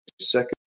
Second